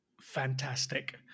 Fantastic